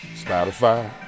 Spotify